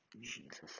Jesus